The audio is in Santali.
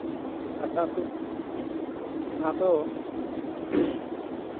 ᱫᱟᱠᱟ ᱩᱛᱩ ᱛᱮ ᱚᱱᱟ ᱫᱚ